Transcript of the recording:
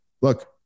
Look